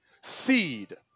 seed